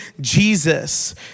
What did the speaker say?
Jesus